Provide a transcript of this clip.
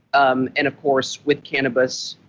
um and of course with cannabis,